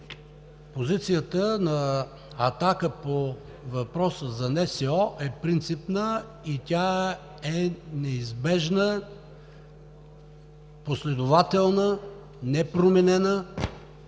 Позицията на „Атака“ по въпроса за НСО е принципна и тя е неизбежна, последователна, непроменена